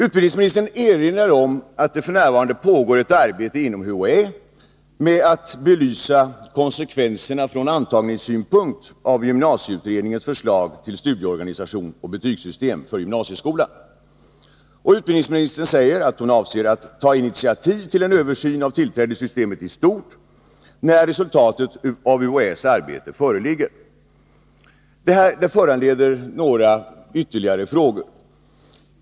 Utbildningsministern erinrar om att det f. n. pågår ett arbete inom UHÄ 53 för att belysa konsekvenserna från antagningssynpunkt av gymnasieutredningens förslag till studieorganisation och betygssystem för gymnasieskolan. Utbildningsministern säger att hon avser ”att ta initiativ till en översyn av tillträdessystemet i stort” när resultatet av UHÄ:s arbete föreligger. Detta föranleder några följdfrågor.